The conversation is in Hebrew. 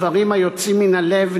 "דברים היוצאים מן הלב,